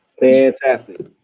Fantastic